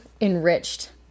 enriched